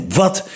wat